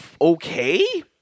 okay